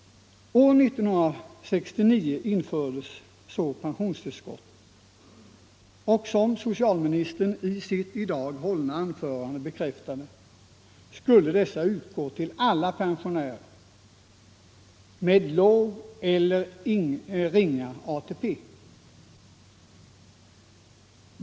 År 1969 infördes så pensionstillskotten. Som socialministern i sitt i dag hållna anförande bekräftade skulle dessa utgå till alla pensionärer med ingen eller ringa ATP.